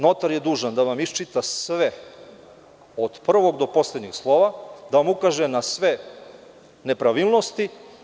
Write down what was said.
Notar je dužan da vam iščita sve od prvog do poslednjeg slova, da vam ukaže na sve nepravilnosti.